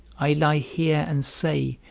i lie here and say,